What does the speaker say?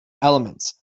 elements